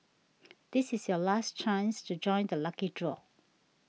this is your last chance to join the lucky draw